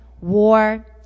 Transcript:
war